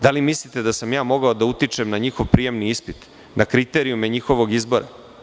Da li mislite da sam mogao da utičem na njihov prijemni ispit, na kriterijume njihovog izbora?